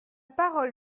parole